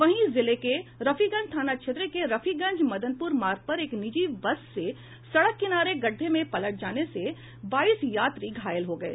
वहीं जिले के रफीगंज थाना क्षेत्र के रफीगंज मदनपूर मार्ग पर एक निजी बस से सड़क किनारे गड़ढ़े में पलट जाने से बाईस यात्री घायल हो गये